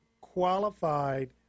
qualified